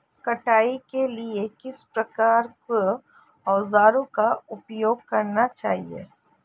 कटाई के लिए किस प्रकार के औज़ारों का उपयोग करना चाहिए?